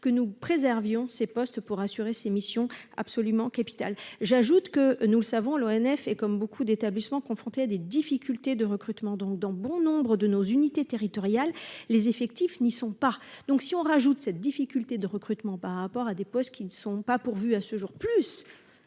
que nous préservions ces postes pour assurer ses missions absolument capital j'ajoute que nous le savons, l'ONF et comme beaucoup d'établissements confrontés à des difficultés de recrutement donc dans bon nombre de nos unités territoriales les effectifs n'y sont pas, donc si on rajoute cette difficulté de recrutement par rapport à des postes qui ne sont pas pourvus à ce jour, plus